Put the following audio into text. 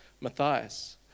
Matthias